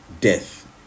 death